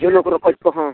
ᱡᱷᱤᱱᱩᱠ ᱨᱚᱠᱚᱡ ᱠᱚ ᱦᱚᱸ